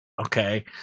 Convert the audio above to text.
Okay